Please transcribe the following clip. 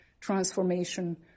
transformation